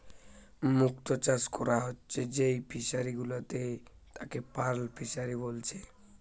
মুক্ত চাষ কোরা হচ্ছে যেই ফিশারি গুলাতে তাকে পার্ল ফিসারী বলছে